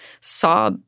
saw